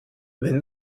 wenn